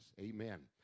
Amen